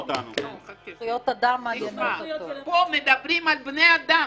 --- פה מדברים על בני אדם.